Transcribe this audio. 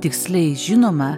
tiksliai žinoma